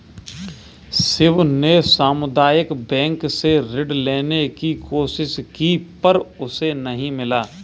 शिव ने सामुदायिक बैंक से ऋण लेने की कोशिश की पर उसे नही मिला